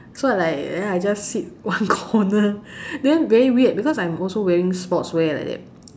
so I like then I just sit one corner then very weird because I am also wearing sports wear like that